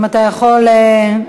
אם אתה יכול, אלעזר,